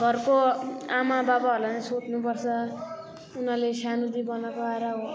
घरको आमाबाबाहरूलाई पनि सोध्नुपर्छ उनीहरूले सानैदेखि बनाएको आएर